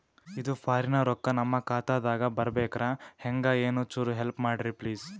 ಇದು ಫಾರಿನ ರೊಕ್ಕ ನಮ್ಮ ಖಾತಾ ದಾಗ ಬರಬೆಕ್ರ, ಹೆಂಗ ಏನು ಚುರು ಹೆಲ್ಪ ಮಾಡ್ರಿ ಪ್ಲಿಸ?